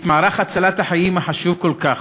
את מערך הצלת החיים החשוב כל כך,